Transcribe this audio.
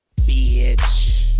bitch